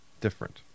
different